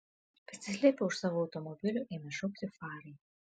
pasislėpę už savo automobilių ėmė šaukti farai